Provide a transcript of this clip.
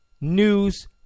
news